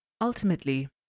Ultimately